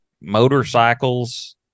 motorcycles